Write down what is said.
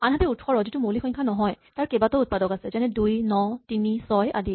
আনহাতে ১৮ যিটো মৌলিক সংখ্যা নহয় তাৰ কেইবাটাও উৎপাদক আছে যেনে ২ ৯ ৩ ৬ আদি